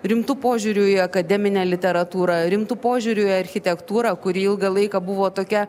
rimtu požiūriu į akademinę literatūrą rimtu požiūriu į architektūrą kuri ilgą laiką buvo tokia